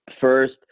first